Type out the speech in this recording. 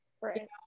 right